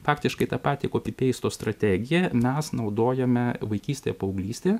faktiškai tą patį kopipeisto strategiją mes naudojame vaikystėje paauglystėje